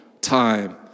time